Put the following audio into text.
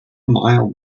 mile